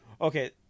Okay